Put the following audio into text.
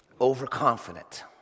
Overconfident